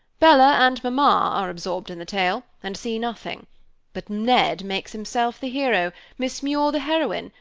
bella and mamma are absorbed in the tale, and see nothing but ned makes himself the hero, miss muir the heroine,